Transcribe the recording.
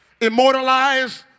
immortalized